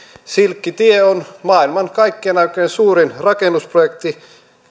silkkitie on maailman kaikkien aikojen suurin rakennusprojekti